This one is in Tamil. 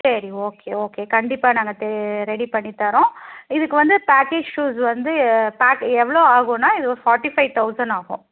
சரி ஓகே ஓகே கண்டிப்பாக நாங்கள் ரெடி பண்ணி தரோம் இதுக்கு வந்து பேக்கேஜ் சூஸ் வந்து பேக் எவ்வளோ ஆகுன்னா இது ஒரு ஃபார்ட்டி ஃபைவ் தௌசண்ட் ஆகும்